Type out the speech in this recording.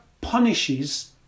punishes